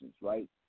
right